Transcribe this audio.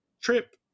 trip